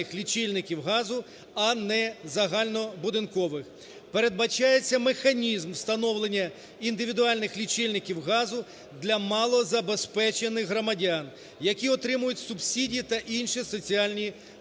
Передбачається механізм встановлення індивідуальних лічильників газу для малозабезпечених громадян, які отримують субсидії та інші соціальні виплати